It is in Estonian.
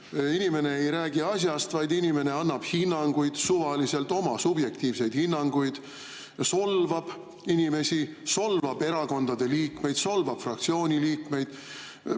Inimene ei räägi asjast, vaid inimene annab suvaliselt hinnanguid, oma subjektiivseid hinnanguid, solvab inimesi, solvab erakondade liikmeid, solvab fraktsiooni liikmeid.